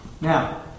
Now